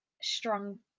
strong